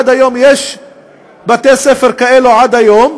יש בתי ספר כאלה עד היום,